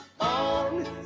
on